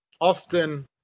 often